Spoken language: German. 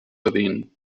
erwähnen